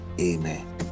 amen